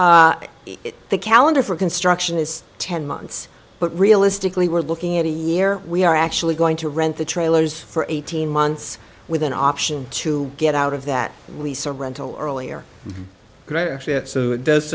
up the calendar for construction is ten months but realistically we're looking at a year we are actually going to rent the trailers for eighteen months with an option to get out of that lease or rental earlier